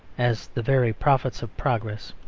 as the very prophets of progress.